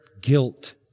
guilt